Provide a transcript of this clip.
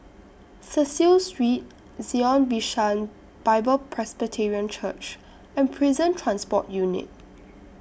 Cecil Street Zion Bishan Bible Presbyterian Church and Prison Transport Unit